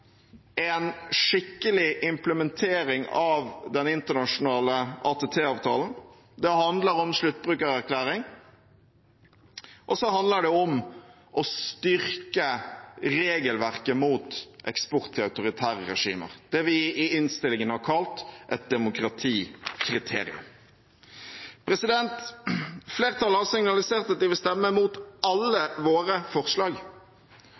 sluttbrukererklæring, og så handler det om å styrke regelverket mot eksport til autoritære regimer, det vi i innstillingen har kalt et «demokratikriterium». Flertallet har signalisert at de vil stemme imot alle våre forslag.